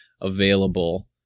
available